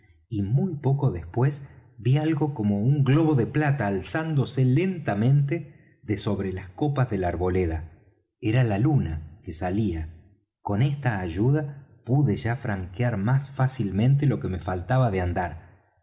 y muy poco después ví algo como un globo de plata alzándose lentamente de sobre las copas de la arboleda era la luna que salía con esta ayuda pude ya franquear más fácilmente lo que me faltaba de andar